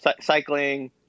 Cycling